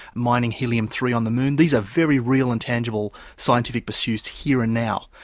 mining helium three on the moon, these are very real and tangible scientific pursuits here and now.